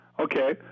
Okay